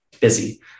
busy